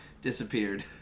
Disappeared